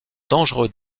dangereux